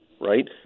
right